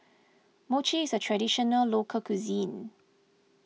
Mochi is a Traditional Local Cuisine